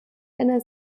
einer